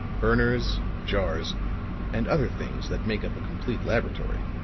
burners, jars and other things that make up a complete laboratory.